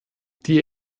die